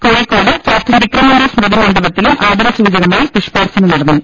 Kozhikode captain വിക്രമിന്റെ സ്മൃതി മണ്ഡപത്തിലും ആദരസൂചകമായി പുഷ്പാർച്ചന നടന്നു